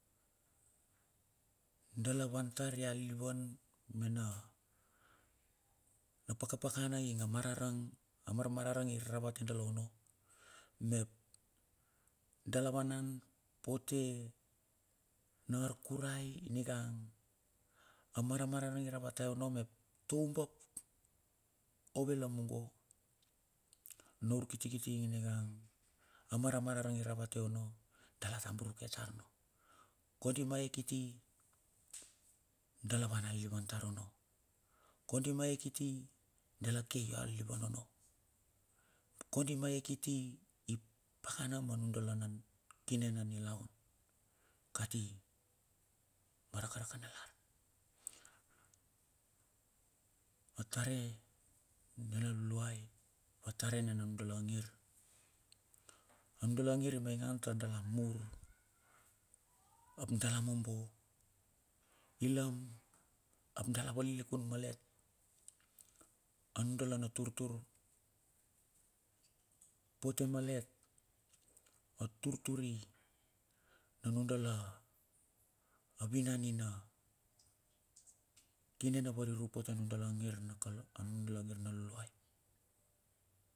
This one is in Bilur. Dala wan tar ia lilivan mena na pakapakana inga a mararang, a mar mararang i ra vate dala ono. Mep dala vanan pote na arkurai ningang a maramarang iravate ono mep toumbap ave lamungo. Na ur kitikiti ing ningang amararamarang i ra vate ono, dala ta buru ke tar ono. Kondi ma ae kiti, dala wan a lilivan tar ono. Kondi ma ae kiti, dala kei a lilivan ono. Kondi ma ae kiti, ipakana ma nun dala nanung, kine na nilaun kati ma rakarakanalar. Atare nil luluai, atare nina nu dala ngir. A nun dala ngir i maingan tar dala mour, ap dala mobour. Liliam ap dala wan lilikun malet. Anun dala na tur tur, pote malet a tur turi anun dala, avinanina kine na variru pote nun dala angir na kalau, anung dala angir na luluai.